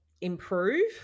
improve